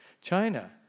China